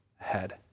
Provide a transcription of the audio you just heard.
ahead